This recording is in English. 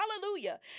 hallelujah